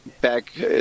back